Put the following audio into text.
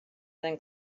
than